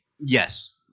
Yes